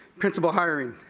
principal hiring.